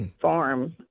farm